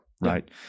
Right